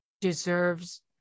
deserves